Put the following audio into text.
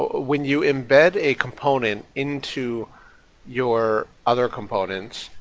when you embed a component into your other components,